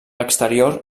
exterior